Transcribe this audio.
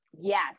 yes